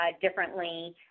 differently